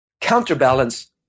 counterbalance